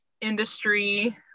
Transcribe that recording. industry